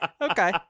Okay